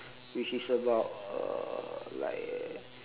which is about uh like